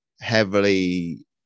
heavily